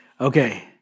Okay